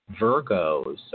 Virgos